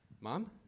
Mom